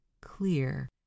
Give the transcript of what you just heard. clear